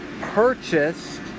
purchased